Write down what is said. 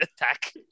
attack